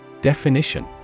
Definition